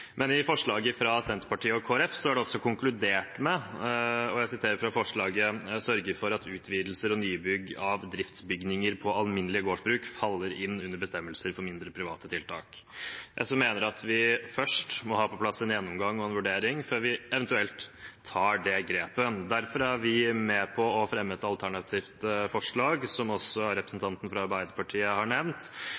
Men i forslaget fra Senterpartiet og Kristelig Folkeparti er det også konkludert slik – og jeg siterer fra forslaget: «sørge for at utvidelser og nybygg av driftsbygninger på alminnelige gårdsbruk faller inn under bestemmelser for «mindre, private tiltak».» SV mener at vi først må ha på plass en gjennomgang og en vurdering før vi eventuelt tar det grepet. Derfor er vi med på å fremme et alternativt forslag, som også